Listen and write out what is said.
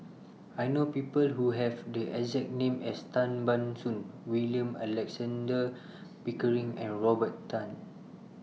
I know People Who Have The exact name as Tan Ban Soon William Alexander Pickering and Robert Tan